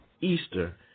Easter